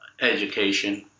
education